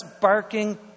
barking